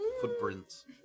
footprints